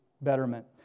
betterment